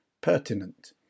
pertinent